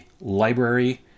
library